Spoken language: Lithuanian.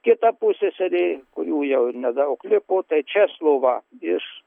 kita pusseserė kurių jau ir nedaug liko tai česlova iš